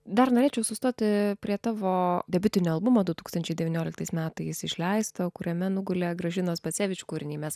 dar norėčiau sustoti prie tavo debiutinio albumo du tūkstančiai devynioliktais metais išleisto kuriame nugulė gražinos bacevič kūriniai mes